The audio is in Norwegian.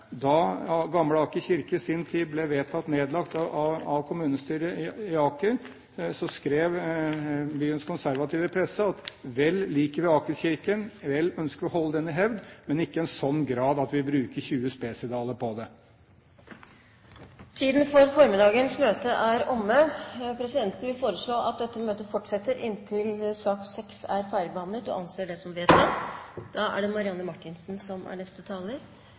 Da Gamle Aker kirke i sin tid ble vedtatt nedlagt av kommunestyret i Aker, skrev byens konservative presse at vel liker vi Akerkirken, vel ønsker vi å holde den i hevd, men ikke i en slik grad at vi bruker 20 spesidaler på det. Tiden for formiddagens møte er omme. Presidenten vil foreslå at dette møtet fortsetter inntil sak nr. 6 er ferdigbehandlet. – Det anses vedtatt.